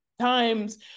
times